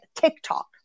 TikTok